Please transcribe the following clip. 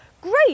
Great